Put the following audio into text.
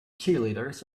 cheerleaders